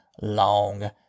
long